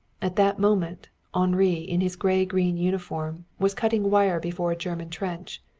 at that moment henri, in his gray-green uniform, was cutting wire before a german trench,